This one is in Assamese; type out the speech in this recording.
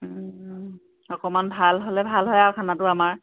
অকণমান ভাল হ'লে ভাল হয় আৰু খানাটো আমাৰ